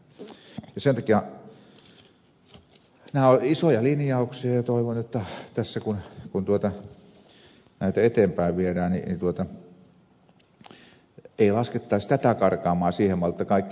nämä ovat isoja linjauksia ja toivon että kun näitä eteenpäin viedään ei laskettaisi tätä karkaamaan siihen malliin jotta kaikki sos